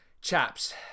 Chaps